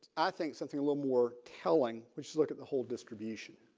i think something a little more telling which is look at the whole distribution